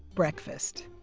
breakfast.